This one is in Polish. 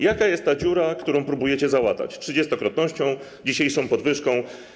Jaka jest dziura, którą próbujecie załatać 30-krotnością i dzisiejszą podwyżką?